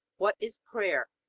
what is prayer?